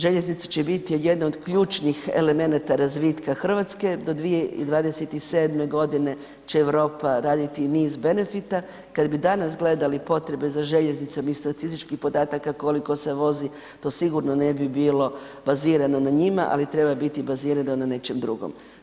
Željeznica će biti jedna od ključnih elemenata razvitka Hrvatske, do 2027. godine će Europa raditi niz benefita, kad bi danas gledali potrebe za željeznicom iz statističkih podataka koliko se vozi, to sigurno ne bi bilo bazirano na njima, ali treba biti bazirano na nečem drugom.